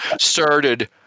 started